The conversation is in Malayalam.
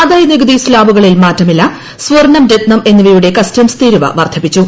ആദായനികുതി സ്താബുകളിൽ മാറ്റമില്ല സ്വർണം രത്നം എന്നിവയുടെ ക്ടസ്റ്റ്ട്സ് തീരുവ വർദ്ധിപ്പിച്ചു